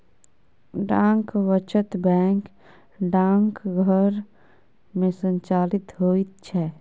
डाक वचत बैंक डाकघर मे संचालित होइत छै